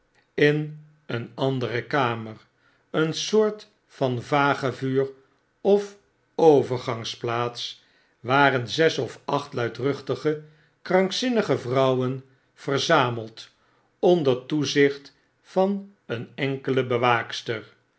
in een andere kamer een soort van vagevuur of overgangsplaats waren zes of acht luidruchtige kranlfzinnige vrouwen verzameld onder toezicht van een enkele bewaakster